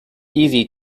easy